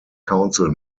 council